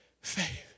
faith